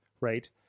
right